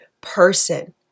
person